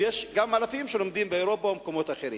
ויש גם אלפים שלומדים באירופה ובמקומות אחרים.